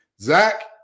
Zach